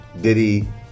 Diddy